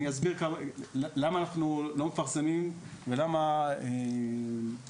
אני אזכיר למה אנחנו לא מפרסמים ולמה משרד